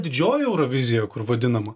didžiojoj eurovizijoj kur vadinama